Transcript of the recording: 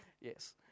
Yes